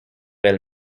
elle